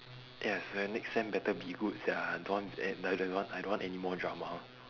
yes the next sem better be good sia I don't want eh d~ d~ want I don't want anymore drama